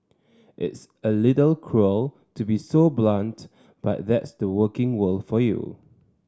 it's a little to be so blunt but that's the working world for you